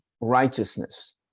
righteousness